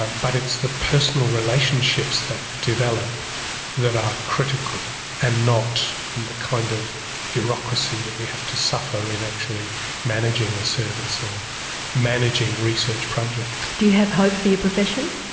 um but it's the personal relationships that develop that are critical and not the kind of bureaucracy that we have to suffer in actually managing a service, or managing research projects. do you have hope for your profession?